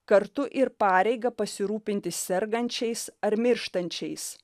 kartu ir pareigą pasirūpinti sergančiais ar mirštančiais